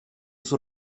sus